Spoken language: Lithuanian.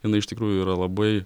jinai iš tikrųjų yra labai